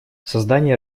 создание